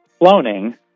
cloning